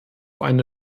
eine